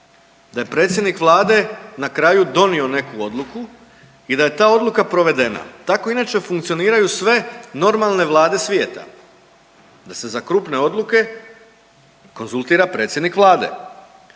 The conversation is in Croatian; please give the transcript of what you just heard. Da je predsjednik Vlade na kraju donio neku odluku i da je ta odluka provedena. Tako inače funkcioniraju sve normalne Vlade svijeta, da se za krupne odluke konzultira predsjednik Vlade